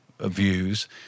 views